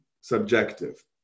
subjective